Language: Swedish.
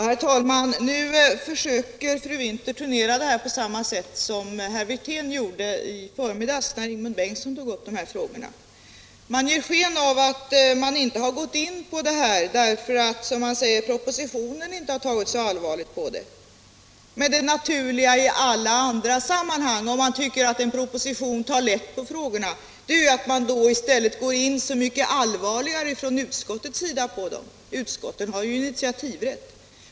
Herr talman! Nu försöker fru Winther turnera detta på samma sätt som herr Wirtén gjorde i förmiddags när Ingemund Bengtsson tog upp de här frågorna. Man ger sken av att inte ha gått in på dessa frågor därför att, som man säger, propositionen inte tagit så allvarligt på dem. Men det naturliga i alla andra sammanhang om man tycker att en proposition tar lätt på frågorna är att i stället ta dem så mycket allvarligare från utskottets sida. Utskotten har ju initiativrätt.